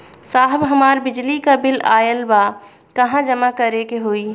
साहब हमार बिजली क बिल ऑयल बा कहाँ जमा करेके होइ?